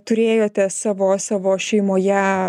turėjote savo savo šeimoje